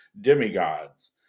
demigods